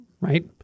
Right